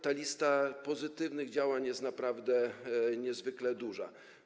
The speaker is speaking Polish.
Ta lista pozytywnych działań jest naprawdę niezwykle długa.